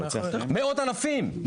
מאות אלפים.